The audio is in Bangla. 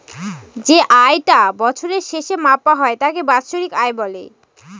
যে আয় টা বছরের শেষে মাপা হয় তাকে বাৎসরিক আয় বলে